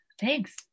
Thanks